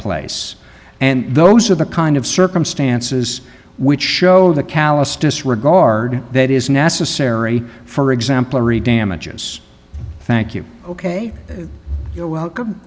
place and those are the kind of circumstances which show the callous disregard that is necessary for example damages thank you ok you're welcome